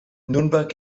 nürnberg